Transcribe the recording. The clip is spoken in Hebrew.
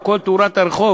או כל תאורת הרחוב